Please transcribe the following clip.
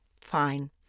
Fine